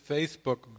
Facebook